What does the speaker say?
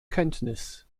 kenntnis